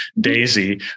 Daisy